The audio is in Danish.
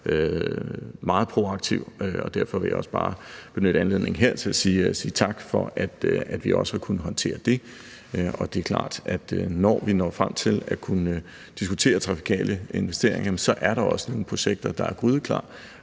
meget proaktiv. Derfor vil jeg bare benytte anledningen til at sige tak for, at vi også har kunnet håndtere det. Og det er klart, at når vi når frem til at kunne diskutere trafikale investeringer, så er der også nogle projekter, der er grydeklar,